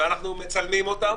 פה צריך לחדד,